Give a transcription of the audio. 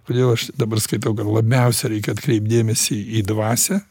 kodėl aš dabar skaitau kad labiausia reikia atkreipt dėmesį į dvasią